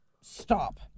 stop